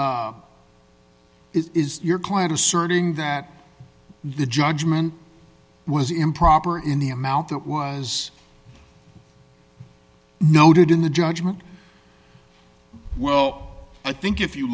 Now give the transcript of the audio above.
is your client asserting that the judgment was improper in the amount that was noted in the judgment well i think if you